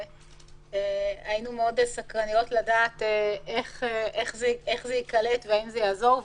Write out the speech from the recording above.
היינו מאוד סקרניות לדעת איך זה ייקלט והאם זה יעזור.